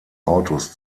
autos